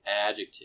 Adjective